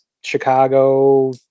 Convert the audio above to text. Chicago